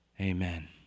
Amen